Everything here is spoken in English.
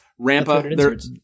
Rampa